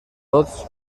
tots